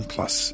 Plus